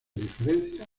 diferencias